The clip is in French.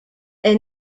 est